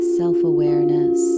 self-awareness